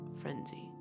frenzy